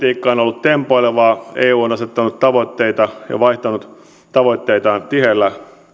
politiikka on ollut tempoilevaa eu on asettanut tavoitteita ja vaihtanut tavoitteitaan tiheällä